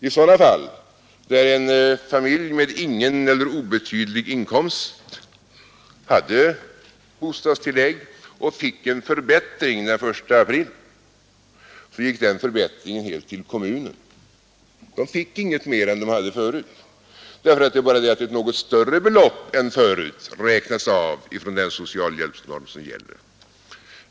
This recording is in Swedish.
I sådana fall där en familj med ingen eller obetydlig inkomst hade bostadstillägg och fick en förbättring den 1 april gick den förbättringen helt till kommunen. Den familjen fick inget mer än den hade förut, därför att då bara ett något större belopp än tidigare räknades av från den socialhjälpsnorm som gäller.